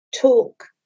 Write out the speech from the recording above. talk